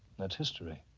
that's history.